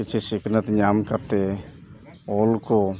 ᱠᱤᱪᱷᱩ ᱥᱤᱠᱷᱱᱟᱹᱛ ᱧᱟᱢ ᱠᱟᱛᱮᱫ ᱚᱞ ᱠᱚ